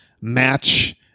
match